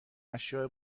اشیاء